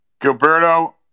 Gilberto